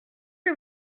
que